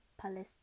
Palestine